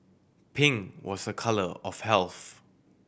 pink was a colour of health